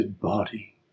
body